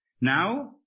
Now